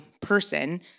person